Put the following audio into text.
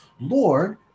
Lord